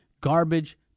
garbage